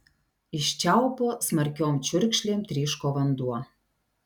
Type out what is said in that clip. iš čiaupo smarkiom čiurkšlėm tryško vanduo